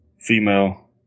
female